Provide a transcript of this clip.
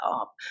up